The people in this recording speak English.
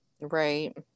right